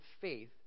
faith